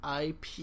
IP